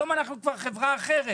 היום אנחנו כבר חברה אחרת.